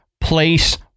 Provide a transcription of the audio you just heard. place